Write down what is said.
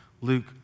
Luke